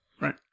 Right